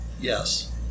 Yes